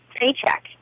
paycheck